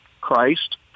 Christ